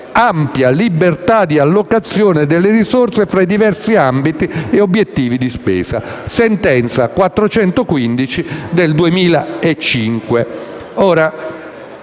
«ampia libertà di allocazione delle risorse fra i diversi ambiti e obiettivi di spesa» (secondo la sentenza n. 415 del 2005